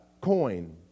coin